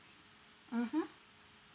mmhmm